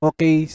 Okay